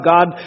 God